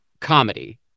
comedy